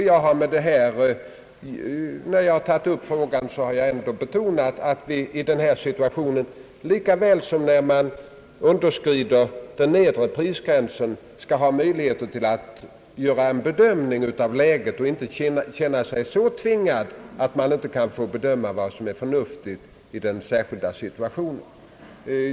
Jag har tidigare betonat att vi i den här situationen lika väl som när man underskrider den nedre prisgränsen skall ha möjligheter till att göra en bedömning av läget och inte behöva känna oss tvingade; vi måste få bedöma vad som är förnuftigt i den särskilda situationen.